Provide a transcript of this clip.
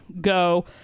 go